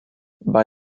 bei